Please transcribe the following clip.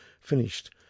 finished